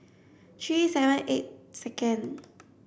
three seven eight second